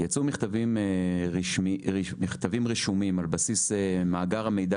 יצאו מכתבים רשומים על בסיס מאגר המידע